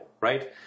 right